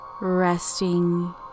Resting